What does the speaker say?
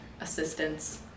assistance